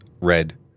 red